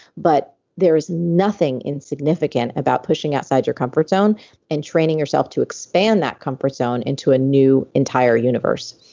but there is nothing insignificant about pushing outside your comfort zone and training yourself to expand that comfort zone into a new entire universe.